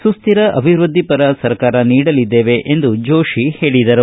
ಸುಶ್ದಿರ ಅಭಿವೃದ್ಧಿಪರ ಸರ್ಕಾರ ನೀಡಲಿದ್ದೇವೆ ಎಂದು ಜೋಶಿ ಹೇಳಿದರು